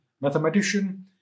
mathematician